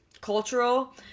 cultural